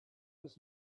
his